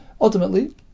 ultimately